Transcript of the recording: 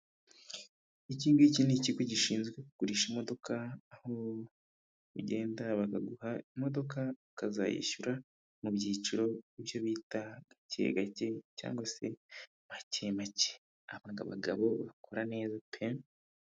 Iki ngiki ni ikigo gishinzwe kugurisha imodoka, aho ugenda bakaguha imodoka, ukazayishyura mu byiciro, icyo bita gake gake cyangwa se make make make .Naho ubndi aba bagabo bakora neza pe.